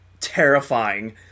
terrifying